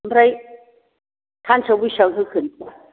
ओमफ्राय सानसेयाव बेसेबां होखो